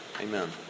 amen